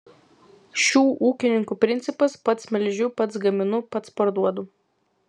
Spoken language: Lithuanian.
šių ūkininkų principas pats melžiu pats gaminu pats parduodu